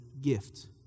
gift